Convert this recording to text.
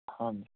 ਹਾਂਜੀ